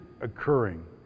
occurring